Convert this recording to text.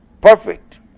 perfect